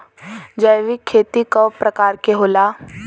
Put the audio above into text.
जैविक खेती कव प्रकार के होला?